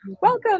welcome